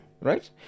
Right